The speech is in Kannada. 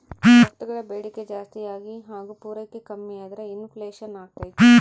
ವಸ್ತುಗಳ ಬೇಡಿಕೆ ಜಾಸ್ತಿಯಾಗಿ ಹಾಗು ಪೂರೈಕೆ ಕಮ್ಮಿಯಾದ್ರೆ ಇನ್ ಫ್ಲೇಷನ್ ಅಗ್ತೈತೆ